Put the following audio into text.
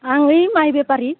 आं ऐ माइ बेपारि